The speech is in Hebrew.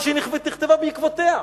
או שהיא נכתבה בעקבותיה.